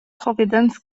providence